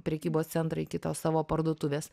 prekybos centrą iki tos savo parduotuvės